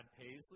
Paisley